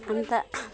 अन्त